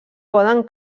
poden